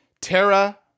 Tara